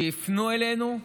שיפנו אלינו.